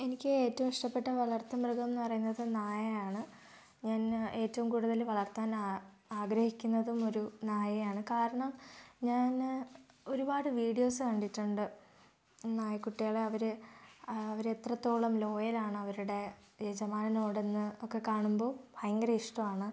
എനിക്ക് ഏറ്റവും ഇഷ്ടപ്പെട്ട വളർത്തു മൃഗമെന്ന് പറയുന്നത് നായയാണ് ഞാൻ ഏറ്റവും കൂടുതൽ വളർത്താൻ ആ ആഗ്രഹിക്കുന്നതും ഒരു നായയെയാണ് കാരണം ഞാൻ ഒരുപാട് വീഡിയോസ് കണ്ടിട്ടുണ്ട് നായക്കുട്ടികളെ അവർ അവരെത്രത്തോളം ലോയൽ ആണ് അവരുടെ യജമാനനോടെന്ന് ഒക്കെ കാണുമ്പോൾ ഭയങ്കര ഇഷ്ടമാണ്